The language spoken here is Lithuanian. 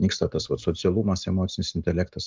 nyksta tas vat socialumas emocinis intelektas